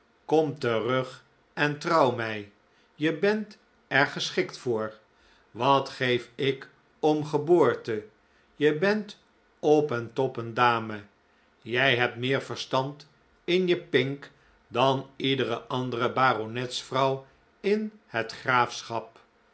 kom terug en trouw mij je bent er geschikt voor wat geef ik om geboorte je bent op en top een dame jij hebt meer verstand in je pink dan iedere andere baronetsvrouw in het graafschap